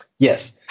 Yes